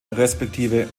resp